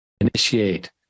initiate